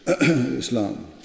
Islam